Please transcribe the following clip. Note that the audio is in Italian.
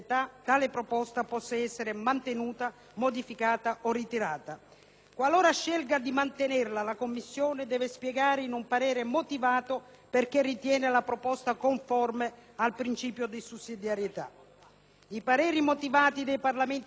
Qualora scelga di mantenerla, la Commissione deve spiegare in un parere motivato perché ritiene la proposta conforme al principio di sussidiarietà. I pareri motivati dei Parlamenti nazionali e della Commissione sono sottoposti al legislatore dell'Unione